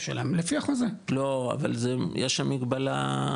לא, אבל יש שם מגבלה.